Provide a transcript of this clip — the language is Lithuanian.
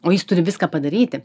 o jis turi viską padaryti